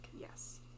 Yes